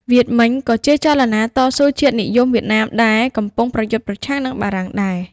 វៀតមិញក៏ជាចលនាតស៊ូជាតិនិយមវៀតណាមដែលកំពុងប្រយុទ្ធប្រឆាំងនឹងបារាំងដែរ។